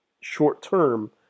short-term